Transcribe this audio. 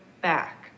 back